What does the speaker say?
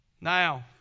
Now